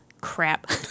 Crap